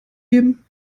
geben